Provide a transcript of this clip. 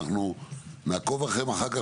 אנחנו נעקוב אחריהם אחר כך.